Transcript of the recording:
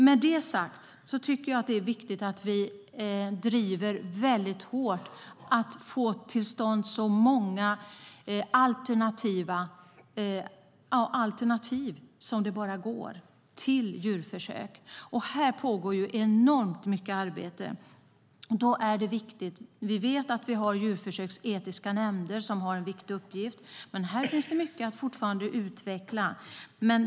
Med detta sagt tycker jag att det är viktigt att vi hårt driver att få till stånd så många alternativ till djurförsök som det bara går. Här pågår enormt mycket arbete. Vi vet att vi har djurförsöksetiska nämnder som har en viktig uppgift. Men här finns det fortfarande mycket att utveckla.